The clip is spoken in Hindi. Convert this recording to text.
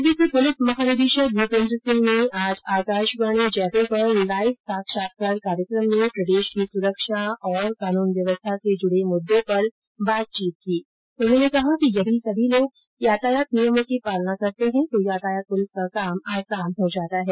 राज्य के पुलिस महानिदेशक भूपेन्द्र सिंह ने आज आकाशवाणी जयपुर पर लाइव साक्षात्कार कार्यक्रम में प्रदेश की सुरक्षा और कानून व्यवस्था से जुड़े मुददों पर बातचीत करते हुए कहा कि यदि सभी लोग यातायात नियमों की पालना करते हैं तो यातायात पुलिस का काम आसान हो जाता है